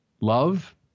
love